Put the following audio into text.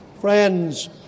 Friends